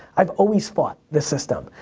i've always fought the system.